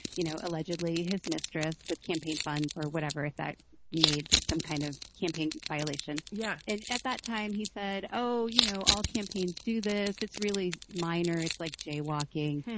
you know, allegedly his mistress with campaign funds or whatever it that made some kind of campaign violation. yeah. and at that time, he said, oh, you know, all campaigns do this. it's really minor. it's like jaywalking.